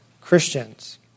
Christians